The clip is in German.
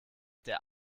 der